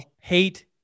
hate